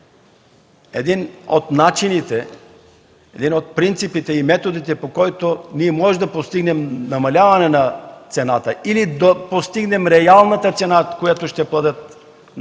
един от начините, един от принципите и методите, по който можем да постигнем намаляване на цената или да постигнем реалната цена за крайните